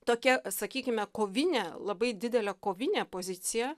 tokia sakykime kovinė labai didelė kovinė pozicija